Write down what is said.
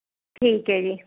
ਠੀਕ ਹੈ ਜੀ